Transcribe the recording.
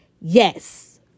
Yes